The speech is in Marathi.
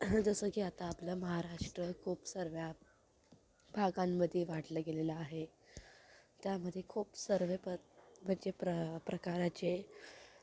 जसं की आता आपला महाराष्ट्र खूप सर्व भागांमध्ये वाढलं गेलेलं आहे त्यामध्ये खूप सर्व पद म्हणजे प्र प्रकाराचे